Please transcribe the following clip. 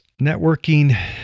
Networking